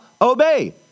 obey